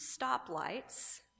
stoplights